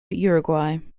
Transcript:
uruguay